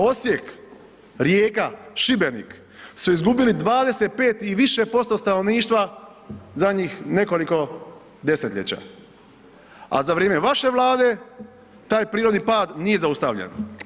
Osijek, Rijeka, Šibenik su izgubili 25 i više posto stanovništva zadnjih nekoliko desetljeća a za vrijeme vaše Vlade, taj prirodni pad nije zaustavljen.